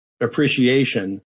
appreciation